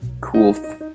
cool